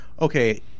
okay